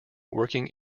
working